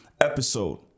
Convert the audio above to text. episode